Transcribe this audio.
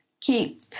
Keep